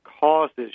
causes